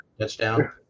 touchdown